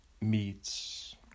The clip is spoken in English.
meets